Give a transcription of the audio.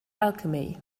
alchemy